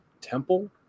temple